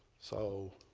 so,